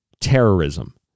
terrorism